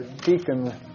Deacon